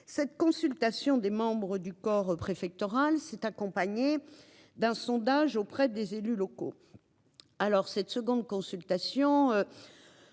cette consultation des membres du corps préfectoral, s'est accompagnée d'un sondage auprès des élus locaux. Alors cette seconde consultation.